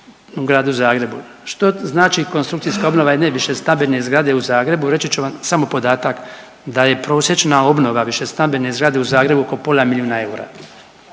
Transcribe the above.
Što znači konstrukcijska obnova i ne višestambene zgrade u Zagrebu reći ću vam samo podatak da je prosječna obnova višestambene zgrade u Zagrebu oko pola milijuna eura,